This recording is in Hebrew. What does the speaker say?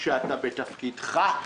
שאתה בתפקידך,